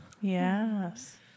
Yes